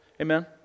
Amen